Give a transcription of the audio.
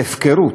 זה הפקרות.